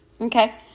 Okay